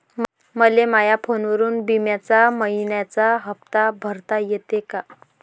मले माया फोनवरून बिम्याचा मइन्याचा हप्ता भरता येते का?